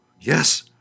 Yes